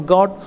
God